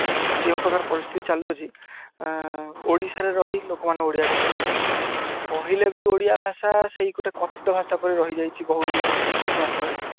ଯେଉଁ ପ୍ରକାର ପରିସ୍ଥିତି ଚାଲୁଅଛି ଓଡ଼ିଶାରେ ରହି ଲୋକମାନେ ଓଡ଼ିଆ କହୁନାହାନ୍ତି କହିଲେ ବି ଓଡ଼ିଆ ଭାଷା ସେଇ ଗୋଟେ କଥିତ ଭାଷା ପରି ରହିଯାଇଛି ବହୁ କିଛି ମାତ୍ରାରେ